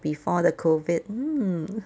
before the COVID mm